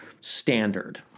standard